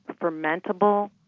fermentable